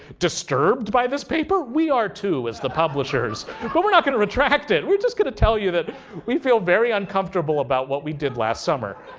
disturbed by this paper? we are too as the publishers, but we're not going to retract it. we're just going to tell you that we feel very uncomfortable about what we did last summer.